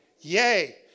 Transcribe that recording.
Yay